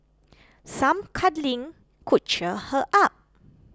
some cuddling could cheer her up